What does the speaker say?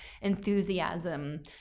enthusiasm